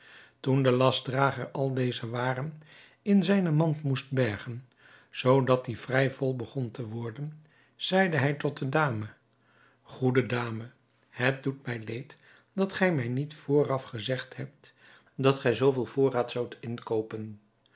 toen de lastdrager al deze waren in zijne mand moest bergen zoodat die vrij vol begon te worden zeide hij tot de dame goede dame het doet mij leed dat gij mij niet vooraf gezegd hebt dat gij zooveel voorraad zoudt inkoopen